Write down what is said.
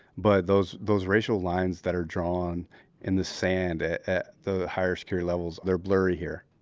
but those those racial lines that are drawn in the sand at at the higher security levels, they're blurry here.